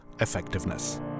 effectiveness